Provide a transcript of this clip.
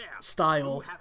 style